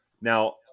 Now